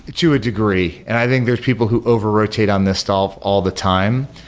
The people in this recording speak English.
to a degree, and i think there're people who over rotate on this stuff all the time.